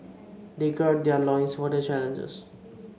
they gird their loins for the challenge